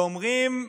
ואומרים: